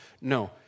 no